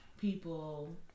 People